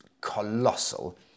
colossal